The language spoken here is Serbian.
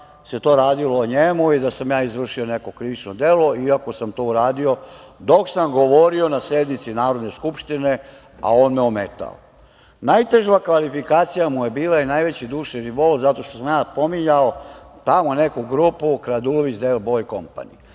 se to radilo o njemu i da sam ja izvršio neko krivično delo, iako sam to uradio dok sam govorio na sednici Narodne skupštine, a on me ometao. Najteža kvalifikacija mu je bila i najveći duševni bol zato što sam ja pominjao tamo neku grupu „kradulović del boj kompani“.